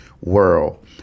world